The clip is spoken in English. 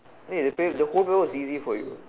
wait the paper the whole paper was easy for you